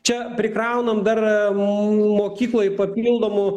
čia prikraunam dar mokyklai papildomų